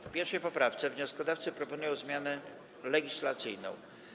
W 1. poprawce wnioskodawcy proponują zmianę legislacyjną.